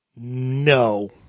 no